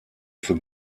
für